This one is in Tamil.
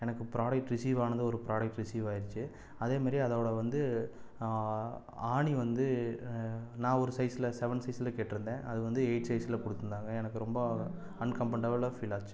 எனக்கு ஒரு ப்ராடக்ட் ரிஸீவ் ஆனது ஒரு ப்ராடக்ட் ரிஸீவ் ஆயிடிச்சு அதேமாதிரி அதோட வந்து ஆணி வந்து நா ஒரு சைசில் செவன் சைசில் கேட்டுயிருந்தேன் அதுவந்து எயிட் சைசில் கொடுத்துருந்தாங்க எனக்கு ரொம்ப அன் கம்ஃபர்டபிள்லாக ஃபீல் ஆச்சு